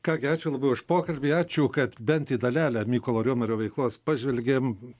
ką gi ačiū labai už pokalbį ačiū kad bent į dalelę mykolo riomerio veiklos pažvelgėm